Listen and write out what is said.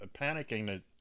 panicking